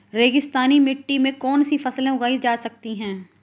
रेगिस्तानी मिट्टी में कौनसी फसलें उगाई जा सकती हैं?